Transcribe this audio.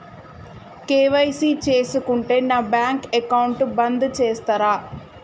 KYC చేయకుంటే నా bank account బంద్ చేస్తరా?